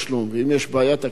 ואם יש בעיה תקציבית,